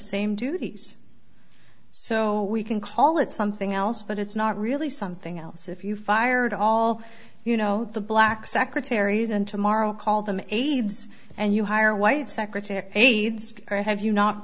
same duties so we can call it something else but it's not really something else if you fired all you know the black secretaries and tomorrow call them aids and you hire white secretaries aides or have you not